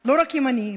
לא רק ימנים,